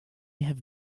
have